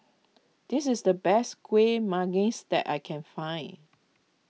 this is the best Kueh Manggis that I can find